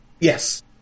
yes